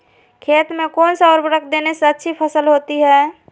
खेत में कौन सा उर्वरक देने से अच्छी फसल होती है?